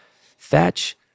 Thatch